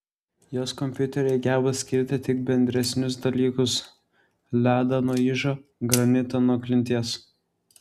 jos kompiuteriai geba skirti tik bendresnius dalykus ledą nuo ižo granitą nuo klinties